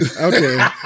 okay